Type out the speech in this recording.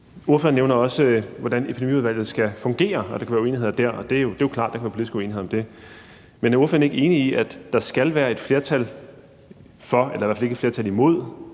Ordføreren nævner også, hvordan Epidemiudvalget skal fungere, og at der kan være uenigheder der, og det er jo klart, at der kan være politisk uenighed om det. Men er ordføreren ikke enig i, at der skal være et flertal for eller i hvert fald ikke være et flertal imod?